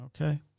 okay